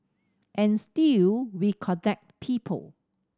and still we connect people